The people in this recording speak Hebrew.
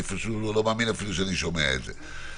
אני פשוט לא מאמין אפילו שאני שומע את זה.